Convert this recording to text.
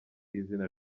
izina